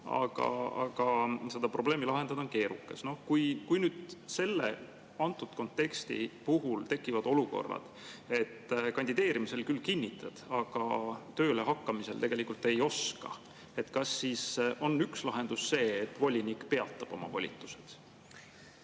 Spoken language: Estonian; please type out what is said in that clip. aga seda probleemi lahendada on keerukas. Kui nüüd selles kontekstis tekivad olukorrad, et kandideerimisel küll kinnitad, et [oskad riigikeelt], aga tööle hakanuna tegelikult ei oska, kas siis on üks lahendus see, et volinik peatab oma volitused?